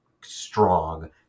strong